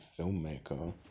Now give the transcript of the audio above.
filmmaker